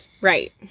Right